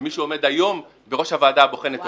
ומי שעומד היום בראש הוועדה הבוחנת,